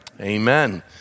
Amen